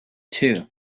two